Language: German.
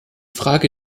frage